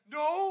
no